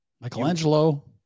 Michelangelo